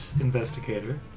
investigator